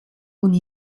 und